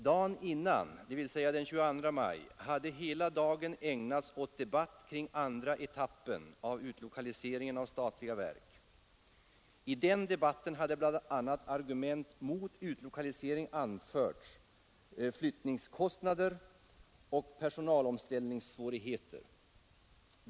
Dagen före, dvs. den 22 maj, hade hela dagen ägnats åt debatt kring andra etappen av utlokaliseringen av statliga verk. I den debatten hade bland argumenten mot utlokalisering anförts flyttningskostnader och personalomställningssvårigheter.